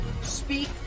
speak